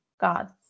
gods